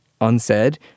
unsaid